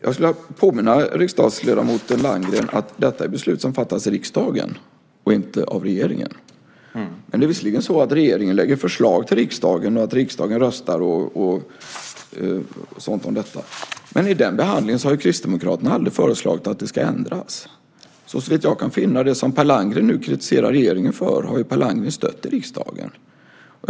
Jag vill påminna riksdagsledamoten Landgren om att detta är beslut som fattas i riksdagen och inte av regeringen. Regeringen lägger visserligen förslag till riksdagen och riksdagen röstar. I den behandlingen har Kristdemokraterna aldrig föreslagit att det ska ändras. Såvitt jag kan finna har Per Landgren i riksdagen stött det som han nu kritiserar regeringen för.